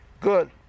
good